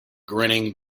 grinning